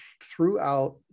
throughout